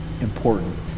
important